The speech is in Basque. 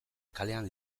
kalean